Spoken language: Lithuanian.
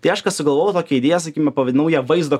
tai aš ką sugalvojau tokią idėją sakykim pavadinau ją vaizdo